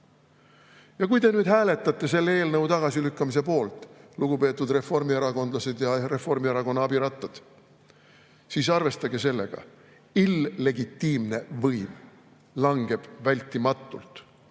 kui te hääletate selle eelnõu tagasilükkamise poolt, lugupeetud reformierakondlased ja Reformierakonna abirattad, siis arvestage sellega: illegitiimne võim langeb vältimatult.